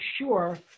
sure